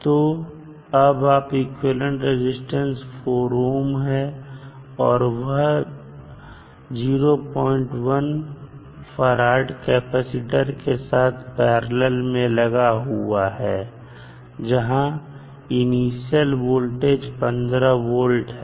तो अब equivalent resistance 4 ohm है और वह 01 F कैपेसिटर के साथ पैरलल में लगा हुआ है जहां इनिशियल वोल्टेज 15 volt है